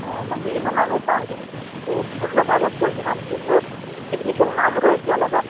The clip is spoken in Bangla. বিভিন্ন নামেও পাওয়া যায় তো ওগুলো বাজার চলতি নাম এগুলোর কেমিকেল নাম রয়েছে আলাদা